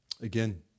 Again